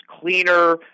cleaner